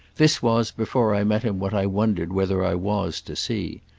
this was, before i met him, what i wondered whether i was to see.